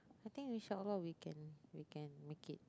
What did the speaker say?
I think inshallah we can we can make it